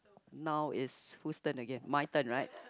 now it's who's turn again my turn right